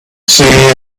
singing